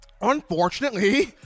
unfortunately